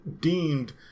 deemed